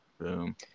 Boom